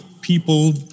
people